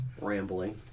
rambling